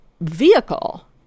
Vehicle